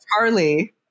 Charlie